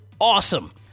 awesome